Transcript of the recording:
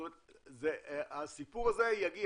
זאת אומרת הסיפור הזה יגיע.